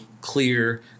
clear